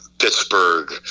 Pittsburgh